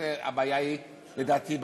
לדעתי,